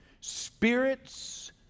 Spirits